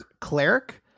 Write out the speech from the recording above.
cleric